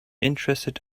interested